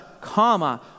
comma